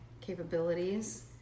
capabilities